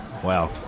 Wow